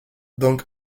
dong